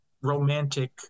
romantic